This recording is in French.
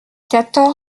quatorze